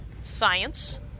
science